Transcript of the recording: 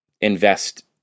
invest